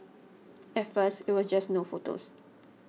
at first it was just no photos